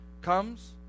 comes